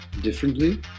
differently